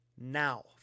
now